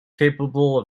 capable